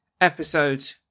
episode